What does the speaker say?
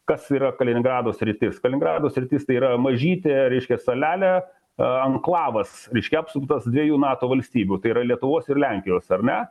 kas yra kaliningrado sritis kaliningrado sritis tai yra mažytė reiškia salelė anklavas reiškia apsuptas dviejų nato valstybių tai yra lietuvos ir lenkijos ar ne